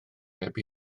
heb